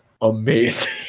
amazing